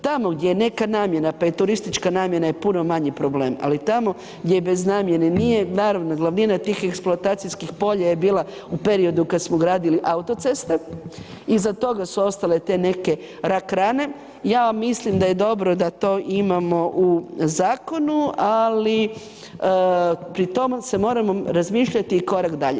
Tamo gdje je neka namjena pa i turistička namjena je puno manji problem ali tamo gdje je bez namjene, nije barem glavnina tih eksploatacijskih polja j bila u periodu kad smo gradili autoceste, iza toga su ostale te neke rak rane, ja mislim da je dobro da to imamo u zakonu ali pri tomu se moramo razmišljati korak dalje.